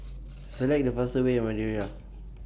Select The fastest Way